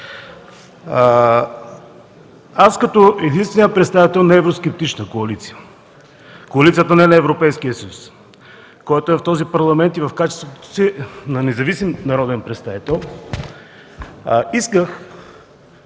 Аз като единствения представител на евроскептична коалиция – Коалицията „Не на Европейския съюз”, която е в този Парламент, и в качеството си на независим народен представител исках